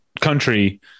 country